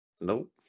nope